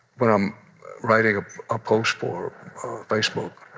when i'm writing a post for facebook,